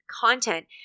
content